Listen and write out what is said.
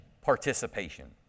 participation